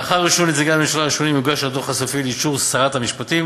לאחר אישור נציגי הממשלה יוגש הדוח הסופי לאישור שרת המשפטים